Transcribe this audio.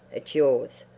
it's yours.